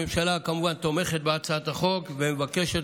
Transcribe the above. הממשלה כמובן תומכת בהצעת החוק ומבקשת